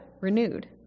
renewed